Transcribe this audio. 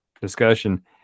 discussion